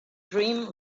dream